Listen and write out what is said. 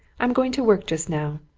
i'm going to work just now.